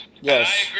Yes